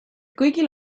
kõigil